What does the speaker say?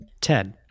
Ted